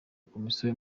komisiyo